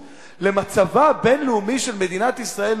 למצבה הבין-לאומי של מדינת ישראל,